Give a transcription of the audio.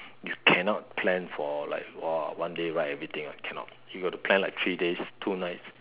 you cannot plan for like !wah! one day ride everything one cannot you got to plan like three days two nights